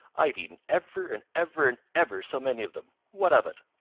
i've eaten ever and ever and ever so many of them. what of it?